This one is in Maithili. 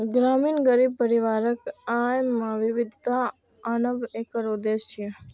ग्रामीण गरीब परिवारक आय मे विविधता आनब एकर उद्देश्य छियै